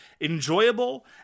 enjoyable